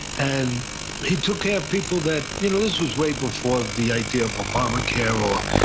and he took care of people that, you know this was way before the idea of obama care. ah